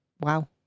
wow